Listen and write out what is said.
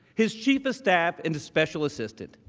his chief of staff and special assistant.